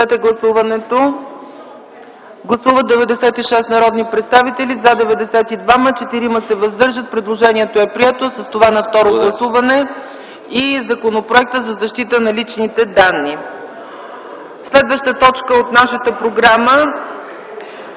Гласували 96 народни представители: за 92, против няма, въздържали се 4. Предложението е прието, а с това на второ гласуване и Законът за защита на личните данни. Следваща точка от нашата програма